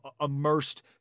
immersed